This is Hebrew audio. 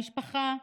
המשפחה,